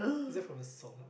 is that from a song